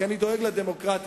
כי אני דואג לדמוקרטיה,